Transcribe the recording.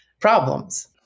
problems